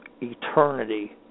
eternity